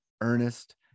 earnest